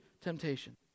temptation